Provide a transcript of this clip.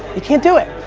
you can't do it.